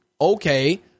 Okay